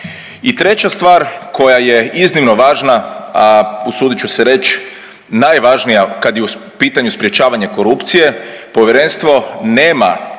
I treća stvar koja je iznimno važna, a usudit ću se reć najvažnija kad je u pitanju sprječavanje korupcije, povjerenstvo nema